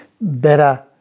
better